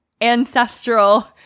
ancestral